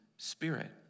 Spirit